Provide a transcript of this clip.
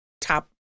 top